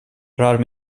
rör